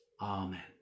Amen